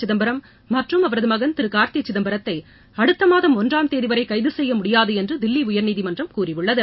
சிதம்பரம் மற்றும் அவரது மகன் திரு கார்தி சிதம்பரத்தை அடுத்த மாதம் ஒன்றாம் தேதிவரை கைது செய்ய முடியாது என்று தில்லி உயர்நீதிமன்றம் கூறியுள்ளது